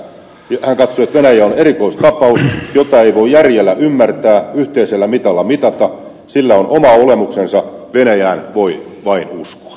hän katsoo että venäjä on erikoistapaus jota ei voi järjellä ymmärtää yhteisellä mitalla mitata sillä on oma olemuksensa venäjään voi vain uskoa